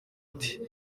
ati